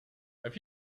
have